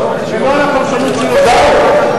גם לא על הפרשנות של יושב-ראש ועדת החוקה.